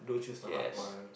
yes